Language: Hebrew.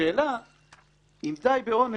השאלה אם די בעונש,